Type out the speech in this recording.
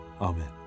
amen